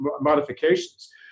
modifications